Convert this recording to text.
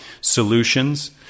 Solutions